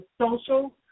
social